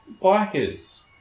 Bikers